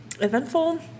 eventful